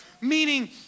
meaning